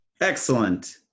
Excellent